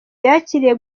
yakiriye